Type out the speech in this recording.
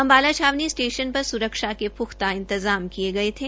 अम्बाला छावनी स्टेशन पर सुरक्षा के पुख्ता इंतजाम किये गये थे